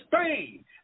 Spain